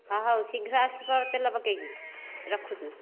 ହଁ ହଉ ଶୀଘ୍ର ଆସିବ ତେଲ ପକାଇକି ରଖୁଛି